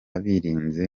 birinze